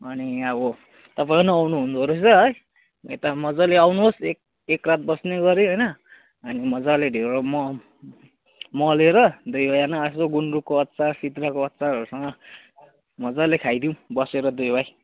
अनि अब तपाईँ पनि आउनुहुँदो रहेछ है यता मजाले आउनोस् एकरात बस्नेगरी होइन अनि मजाले ढेडो म मलेर दुईजना यसो गुन्द्रुकको अचार सिद्राको अचारहरूसँग मजाले खाइदिउँ बसेर दुई भाइ